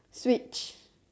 Switch